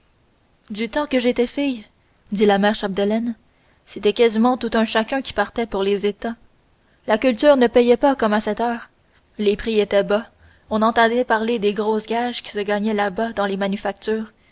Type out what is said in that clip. du temps que j'étais fille dit la mère chapdelaine c'était quasiment tout un chacun qui partait pour les états la culture ne payait pas comme à cette heure les prix étaient bas on entendait parler des grosses gages qui se gagnaient là-bas dans les manufactures